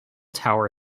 tower